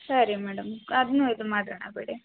ಸರಿ ಮೇಡಮ್ ಅದನ್ನೂ ಇದು ಮಾಡೋಣ ಬಿಡಿ